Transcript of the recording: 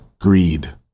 Greed